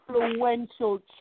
influential